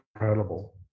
incredible